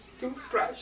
Toothbrush